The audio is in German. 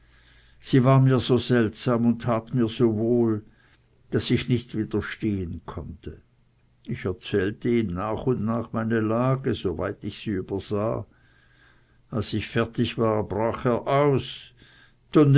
sie war mir so seltsam und tat mir so wohl daß ich nicht widerstehen konnte ich erzählte ihm nach und nach meine lage so weit ich sie übersah als ich fertig war brach er aus